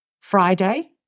Friday